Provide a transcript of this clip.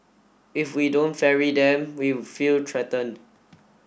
if we don't ferry them we feel threatened